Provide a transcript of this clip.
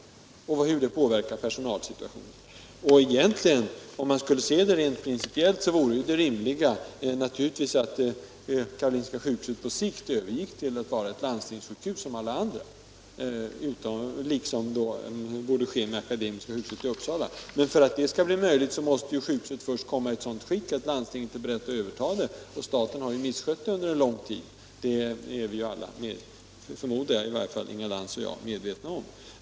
Och hur påverkar det personalsituationen? Om man ser detta rent principiellt, så vore det naturligtvis rimligt att Karolinska sjukhuset på sikt övergick till att bli ett landstingssjukhus som alla andra; detsamma borde ske med Akademiska sjukhuset i Uppsala. Men för att det skall vara möjligt måste sjukhuset först bli i sådant skick att landstinget är berett att överta det. Staten har ju misskött sjukhuset under lång tid. Det förmodar jag att också Inga Lantz är medveten om.